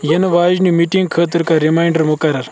یِنہٕ واجنہِ مِٹنگ خٲطرٕ کر ریماینڈر مقرر